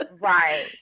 right